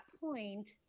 point